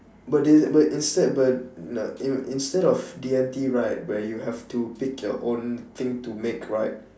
but they but instead but n~ in~ instead of D&T right where you have to pick your own thing to make right